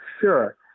Sure